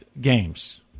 games